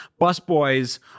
Busboys